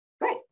Great